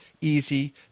easy